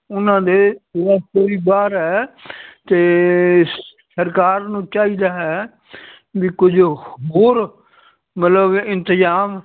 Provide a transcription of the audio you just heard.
ਉਹਨਾਂ ਦੇ ਵੱਸ ਤੋਂ ਵੀ ਬਾਹਰ ਹੈ ਅਤੇ ਸਰਕਾਰ ਨੂੰ ਚਾਹੀਦਾ ਹੈ ਵੀ ਕੁਝ ਹੋਰ ਮਤਲਬ ਇੰਤਜ਼ਾਮ